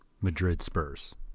Madrid-Spurs